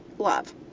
love